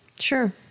Sure